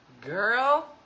Girl